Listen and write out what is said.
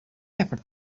ever